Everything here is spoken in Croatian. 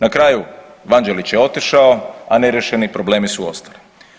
Na kraju Vanđelić je otišao, a neriješeni problemi su ostali.